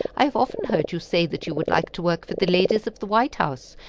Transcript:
i have often heard you say that you would like to work for the ladies of the white house.